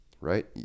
right